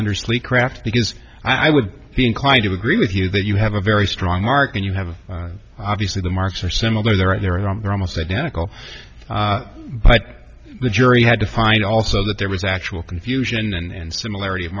under sleep craft because i would be inclined to agree with you that you have a very strong mark and you have obviously the marks are similar there are a number almost identical but the jury had to find also that there was actual confusion and similarity of